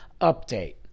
update